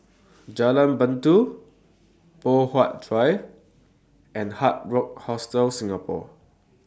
Jalan Batu Poh Huat Drive and Hard Rock Hostel Singapore